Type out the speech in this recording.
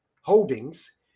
Holdings